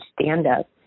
stand-up